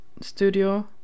studio